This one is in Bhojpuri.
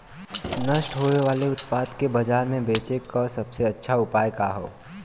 नष्ट होवे वाले उतपाद के बाजार में बेचे क सबसे अच्छा उपाय का हो?